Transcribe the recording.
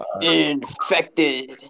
Infected